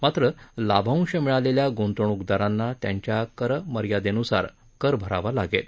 मात्र लाभांश मिळालेल्या गुंतवणूकदारांना त्यांच्या कर मर्यादेनुसार कर भरावा लागेल